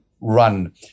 run